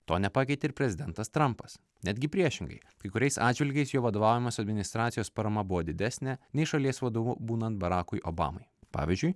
to nepakeitė ir prezidentas trampas netgi priešingai kai kuriais atžvilgiais jo vadovaujamos administracijos parama buvo didesnė nei šalies vadovu būnant barakui obamai pavyzdžiui